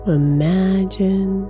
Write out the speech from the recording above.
imagine